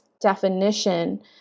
definition